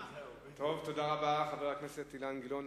תודה רבה, חבר הכנסת אילן גילאון.